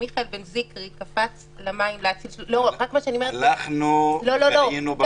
כשמיכאל בן זקרי קפץ למים להציל --- אנחנו היינו בבית שלו.